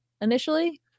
initially